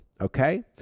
Okay